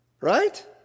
Right